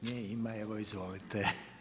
Nje ima, evo izvolite.